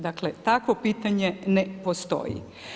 Dakle takvo pitanje ne postoji.